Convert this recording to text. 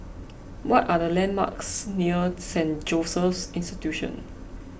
what are the landmarks near Saint Joseph's Institution